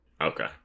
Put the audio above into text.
Okay